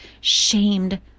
shamed